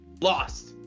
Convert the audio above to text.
Lost